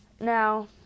Now